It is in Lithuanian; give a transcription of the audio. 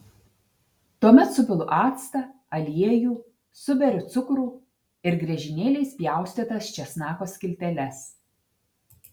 tuomet supilu actą aliejų suberiu cukrų ir griežinėliais pjaustytas česnako skilteles